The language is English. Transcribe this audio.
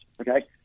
okay